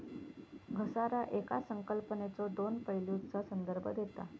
घसारा येकाच संकल्पनेच्यो दोन पैलूंचा संदर्भ देता